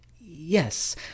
Yes